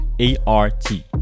a-r-t